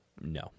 No